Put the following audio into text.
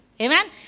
Amen